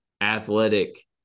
athletic